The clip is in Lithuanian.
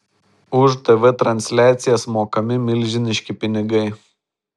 už tv transliacijas mokami milžiniški pinigai